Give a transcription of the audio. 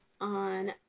on